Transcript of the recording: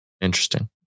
Interesting